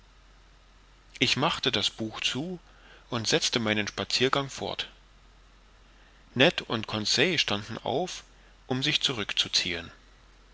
ich machte das buch zu und setzte meinen spaziergang fort ned und conseil standen auf um sich zurück